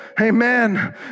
Amen